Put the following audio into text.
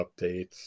updates